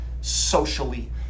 socially